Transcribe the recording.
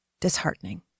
disheartening